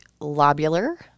lobular